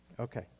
Okay